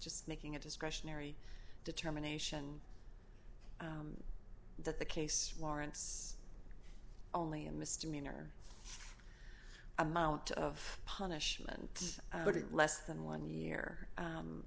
just making a discretionary determination that the case warrants only a misdemeanor amount of punishment less than one year